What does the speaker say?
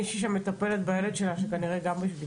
מישהי שם מטפלת בילד שלה שכנראה גם בשביתה.